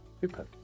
Super